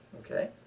okay